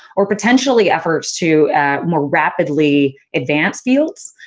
or potentially, efforts to more rapidly advance fields.